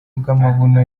bw’amabuno